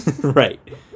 right